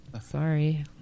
Sorry